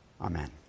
Amen